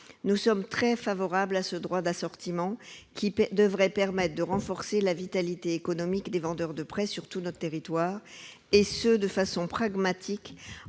Nous sommes très favorables à ce droit d'assortiment, qui devrait permettre de renforcer la vitalité économique des vendeurs de presse sur tout notre territoire, et ce de façon pragmatique,